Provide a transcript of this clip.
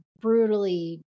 brutally